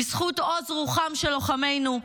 בזכות עוז רוחם של לוחמינו,